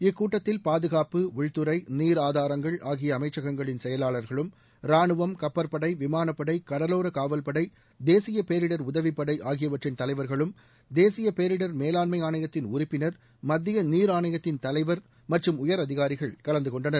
இக்கூட்டத்தில் பாதுகாப்பு உள்துறை நீர் ஆதாரங்கள் ஆகிய அமைச்சகங்களின் செயலாளர்களும் ரானுவம் கப்பற்படை விமாளப்படை கடலோரக் காவல்படை தேசிய பேரிடர் உதவிப்படை ஆகியவற்றின் தலைவர்களும் தேசிய பேரிடர்மேவாண்மை ஆணையத்தின் உறுப்பினர் மத்திய நீர் ஆணையத்தின் தலைவர் மற்றும் உயர் அதிகாரிகள் கலந்து கொண்டனர்